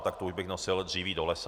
Tak to už bych nosil dříví do lesa.